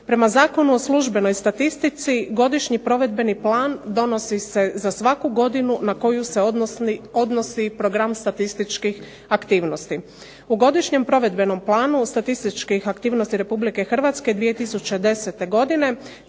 Prema Zakonu o službenoj statistici Godišnji provedbeni plan donosi se za svaku godinu na koju se odnosi Program statističkih aktivnosti. U Godišnjem provedbenom planu statističkih aktivnosti RH 2010. godine